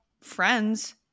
friends